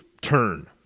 turn